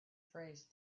phrase